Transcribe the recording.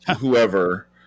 whoever